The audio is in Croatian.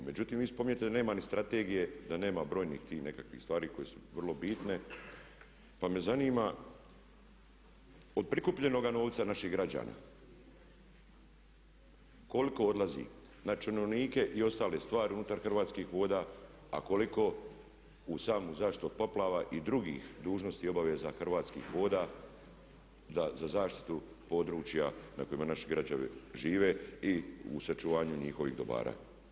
Međutim, vi spominjete da nema ni strategije da nema brojnih tih nekakvih stvari koje su vrlo bitne pa me zanima od prikupljenoga novca naših građana koliko odlazi na činovnike i ostale stvari unutar Hrvatskih voda a koliko u samu zaštitu od poplava i drugih dužnosti obaveza Hrvatskih voda da za zaštitu područja na kojima naši građani žive i u očuvanju njihovih dobara.